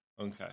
Okay